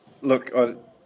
Look